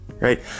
right